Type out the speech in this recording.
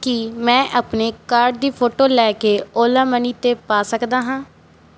ਕੀ ਮੈਂ ਆਪਣੇ ਕਾਰਡ ਦੀ ਫੋਟੋ ਲੈ ਕੇ ਓਲਾ ਮਨੀ 'ਤੇ ਪਾ ਸਕਦਾ ਹਾਂ